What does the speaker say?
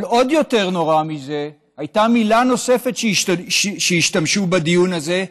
אבל עוד יותר נורא מזה הייתה מילה נוספת שהשתמשו בדיון הזה,